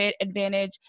advantage